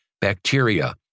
bacteria